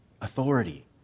authority